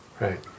Right